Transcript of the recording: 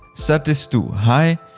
set this to high.